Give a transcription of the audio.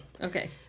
Okay